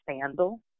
sandal